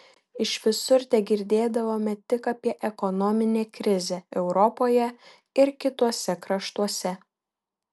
iš visur tegirdėdavome tik apie ekonominę krizę europoje ir kituose kraštuose